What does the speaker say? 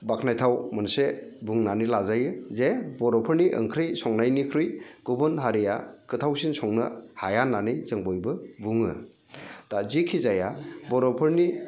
बाख्नायथाव मोनसे बुंनानै लाजायो जे बर'फोरनि ओंख्रि संनायनिख्रुइ गुबुन हारिया गोथावसिन संनो हाया होननानै जों बयबो बुङो दा जिखि जाया बर'फोरनि